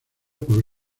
por